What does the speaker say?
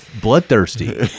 bloodthirsty